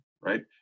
right